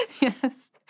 Yes